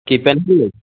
Ki pencil